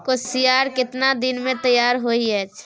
कोसियार केतना दिन मे तैयार हौय छै?